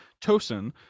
Tosin